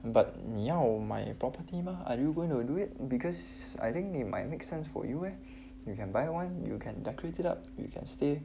but 你要买 my property mah are you going to do it because I think 你买 make sense for you eh you can buy one you can decorate it up you can stay